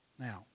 Now